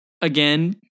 Again